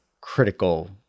critical